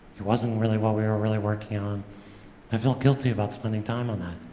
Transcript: it wasn't really what we were really working on. and i felt guilty about spending time on that.